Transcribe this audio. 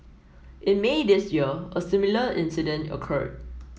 in May this year a similar incident occurred